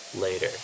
later